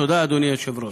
תודה, אדוני היושב-ראש.